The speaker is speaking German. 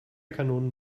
kanonen